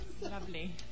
Lovely